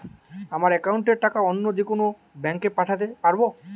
আমার একাউন্টের টাকা অন্য যেকোনো ব্যাঙ্কে পাঠাতে পারব?